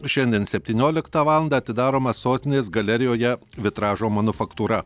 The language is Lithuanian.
šiandien septynioliktą valandą atidaroma sostinės galerijoje vitražo manufaktūra